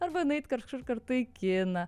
arba nueit kažkur kartu į kiną